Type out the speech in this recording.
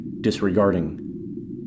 disregarding